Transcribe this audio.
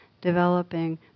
developing